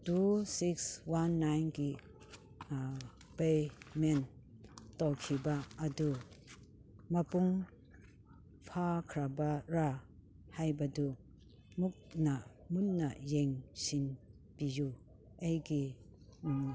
two six one ꯅꯥꯏꯟꯒꯤ payment ꯇꯧꯈꯤꯕ ꯑꯗꯨ ꯃꯄꯨꯡ ꯐꯥꯈ꯭ꯔꯕꯔꯥ ꯍꯥꯏꯕꯗꯨ ꯃꯨꯟꯅ ꯃꯨꯟꯅ ꯌꯦꯡꯁꯤꯟꯕꯤꯌꯨ ꯑꯩꯒꯤ